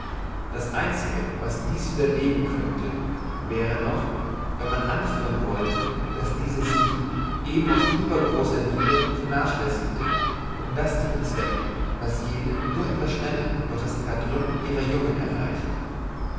das einzige was dies widerlegen könnte wäre noch wenn man anführen wollte daß diese sie eben aus übergroßer liebe vernachläßigte um das zu bezwecken was jene nur etwas schneller durch das erdrücken ihrer jungen erreicht